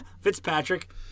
Fitzpatrick